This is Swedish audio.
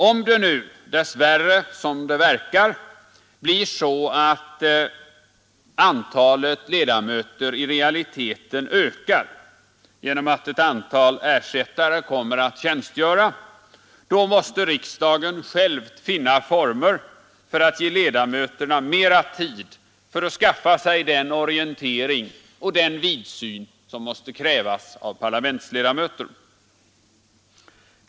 Om det nu dess värre — som det verkar — blir så att antalet ledamöter i realiteten ökar genom att ett antal ersättare kommer att tjänstgöra, så måste riksdagen själv finna former för att ge ledamöterna mera tid för att skaffa sig den orientering och den vidsyn som måste krävas av parlamentsledamöter.